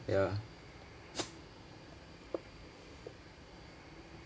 ya